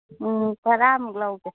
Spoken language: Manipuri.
ꯎꯝ ꯇꯔꯥꯃꯨꯛ ꯂꯧꯒꯦ